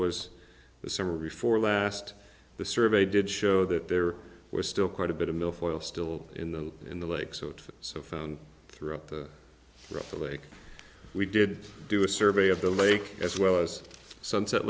was the summer before last the survey did show that there were still quite a bit of milfoil still in the in the lake so it so found throughout the the lake we did do a survey of the lake as well as sunset